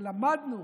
ולמדנו